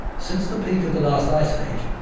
since the peak of the last ice age,